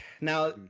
Now